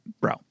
bro